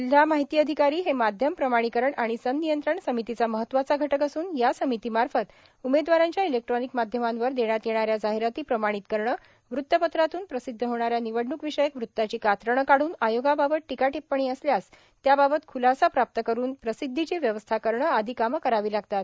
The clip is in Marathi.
जिल्हा माहिती अधिकारी हे माध्यम प्रमाणीकरण आणि सनियंत्रण समितीचा महत्त्वाचा घटक असून या समितीमार्फत उमेदवारांच्या इलेक्ट्रॉनिक माध्यमांवर देण्यात येणाऱ्या जाहिराती प्रमाणित करणे वृत्तपत्रातून प्रसिद्ध होणाऱ्या निवडणूकविषयक वृत्ताची कात्रणे काढून आयोगाबाबत टिकाटिपण्णी असल्यास त्याबाबत खूलासा प्राप्त करून प्रसिद्धीची व्यवस्था करणे आदी कामे करावी लागतात